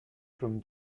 from